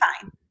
fine